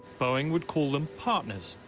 boeing would call them partners